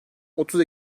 otuz